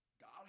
God